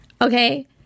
Okay